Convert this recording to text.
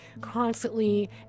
constantly